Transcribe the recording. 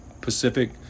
Pacific